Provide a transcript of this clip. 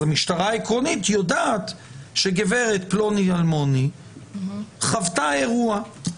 אז המשטרה יודעת עכשיו שגברת פלוני אלמוני חוותה אירוע.